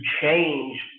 change